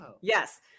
Yes